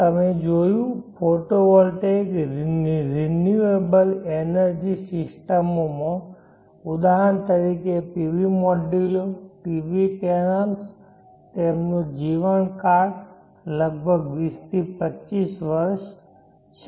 તમે જોયું photo voltaic renewable energy સિસ્ટમો માં ઉદાહરણ તરીકે PV મોડ્યુલો PV પેનલ્સ લો તેમનો જીવનકાળ લગભગ 20 થી 25 વર્ષ છે